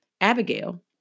Abigail